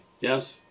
Yes